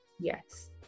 Yes